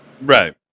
Right